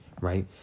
right